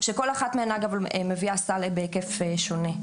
שכל אחת מהן מביאה סל בהיקף שונה.